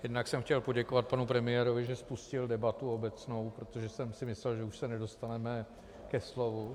Jednak jsem chtěl poděkovat panu premiérovi, že spustil debatu obecnou, protože jsem si myslel, že už se nedostaneme ke slovu.